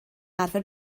arfer